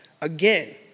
again